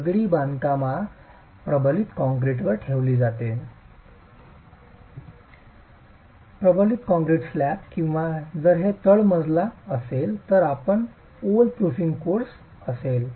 दगडी बांधकाम प्रबलित कंक्रीटवर ठेवली जाते प्रबलित काँक्रीट स्लॅब किंवा जर ते तळ मजला असेल तर आपणास ओल प्रूफिंग कोर्स असेल